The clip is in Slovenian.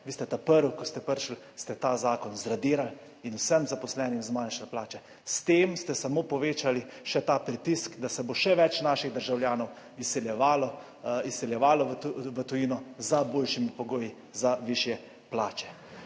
Vi ste ta prvi, ko ste prišli, ste ta zakon zradirali in vsem zaposlenim zmanjšali plače. S tem ste samo povečali še ta pritisk, da se bo še več naših državljanov izseljevalo, izseljevalo v tujino za boljšimi pogoji za višje plače.